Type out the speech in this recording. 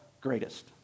greatest